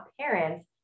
parents